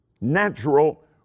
natural